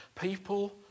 People